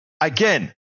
again